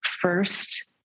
first